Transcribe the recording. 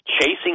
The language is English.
chasing